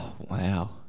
wow